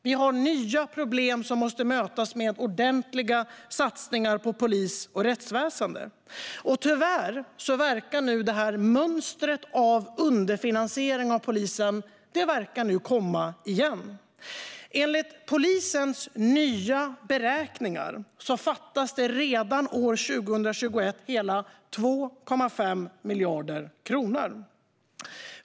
Vi har nya problem som måste mötas med ordentliga satsningar på polis och rättsväsen. Tyvärr verkar nu detta mönster av underfinansiering av polisen komma igen. Enligt polisens nya beräkningar fattas det redan 2021 hela 2,5 miljarder kronor.